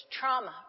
trauma